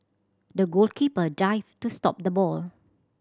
the goalkeeper dived to stop the ball